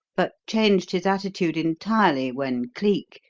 but changed his attitude entirely when cleek,